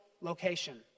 location